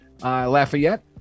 Lafayette